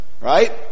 Right